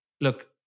look